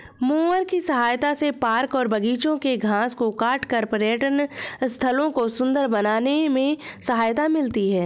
mower की सहायता से पार्क और बागिचों के घास को काटकर पर्यटन स्थलों को सुन्दर बनाने में सहायता मिलती है